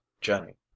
jenny